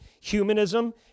humanism